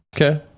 Okay